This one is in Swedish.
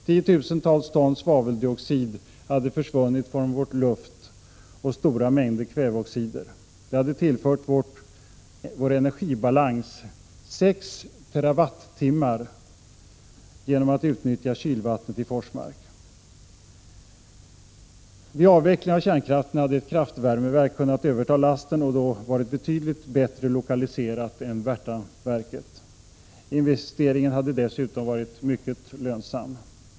Tiotusentals ton svaveldioxid och stora mängder kväveoxider hade försvunnit från vår luft. Det hade tillfört vår energibalans 6 TWh, genom att kylvattnet i Forsmark utnyttjats. Vid avveckling av kärnkraften hade ett kraftvärmeverk kunnat överta lasten och då varit betydligt bättre lokaliserat än Värtaverket. Investeringen hade dessutom varit mycket lönsam.